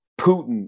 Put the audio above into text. Putin